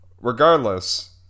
Regardless